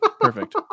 Perfect